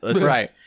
Right